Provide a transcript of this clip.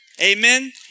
amen